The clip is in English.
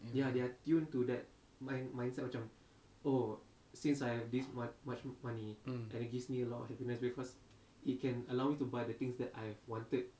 mm